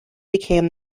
became